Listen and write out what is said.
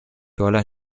dollar